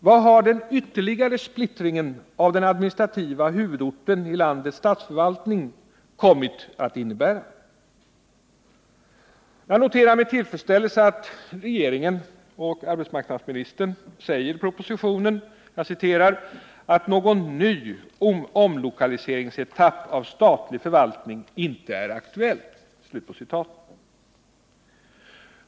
Vad har den ytterligare splittringen av landets statsförvaltning kommit att innebära? Jag noterar med tillfredsställelse vad regeringen säger i propositionen, nämligen att någon ny omlokaliseringsetapp vad beträffar statlig förvaltning inte är aktuell.